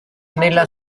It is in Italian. nella